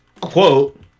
quote